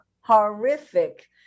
horrific